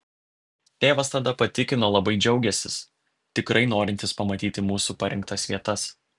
tėvas tada patikino labai džiaugiąsis tikrai norintis pamatyti mūsų parinktas vietas